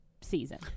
season